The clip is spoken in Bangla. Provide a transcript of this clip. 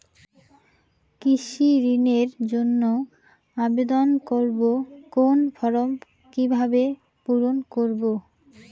কৃষি ঋণের জন্য আবেদন করব কোন ফর্ম কিভাবে পূরণ করব?